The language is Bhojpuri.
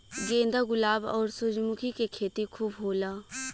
गेंदा गुलाब आउर सूरजमुखी के खेती खूब होला